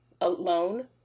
alone